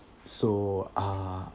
so ah